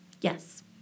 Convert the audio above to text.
Yes